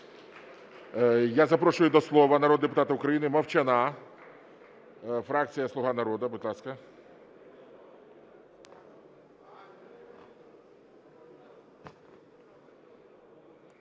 Я запрошую до слова народного депутата України Мовчана, фракція "Слуга народу". Будь ласка.